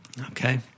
Okay